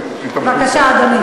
בבקשה, אדוני.